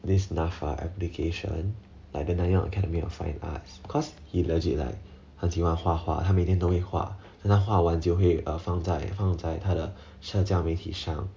this NAFA application like the nanyang academy of fine arts cause he legit like 很喜欢画画他每天都会画画完就会放在放在他的社交媒体上